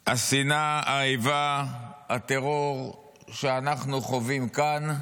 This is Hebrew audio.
השנאה, האיבה והטרור שאנחנו חווים כאן,